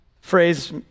phrase